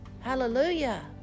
Hallelujah